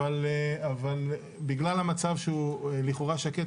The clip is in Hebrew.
אבל בגלל המצב שהוא לכאורה שקט,